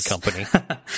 company